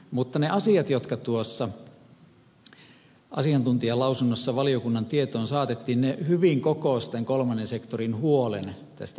mutta ne asiat jotka tuossa asiantuntijalausunnossa valiokunnan tietoon saatettiin hyvin kokosivat tämän kolmannen sektorin huolen tästä lakiesityksestä